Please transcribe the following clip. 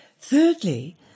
Thirdly